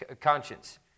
conscience